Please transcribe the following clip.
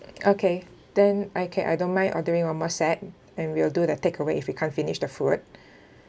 okay then I can I don't mind ordering one more set and we'll do the takeaway if we can't finish the food